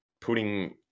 putting